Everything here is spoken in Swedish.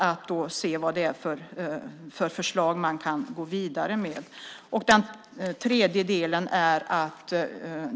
Då får vi se vilka förslag som vi kan gå vidare med.